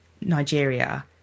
nigeria